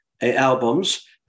albums